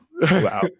Wow